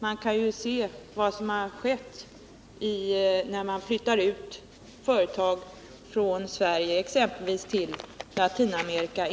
Man kan ju se vad som har skett när företag flyttat från Sverige, exempelvis till Latinamerika.